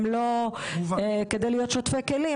שלא כדי להיות שוטפי כלים,